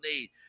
need